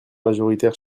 majoritaire